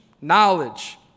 knowledge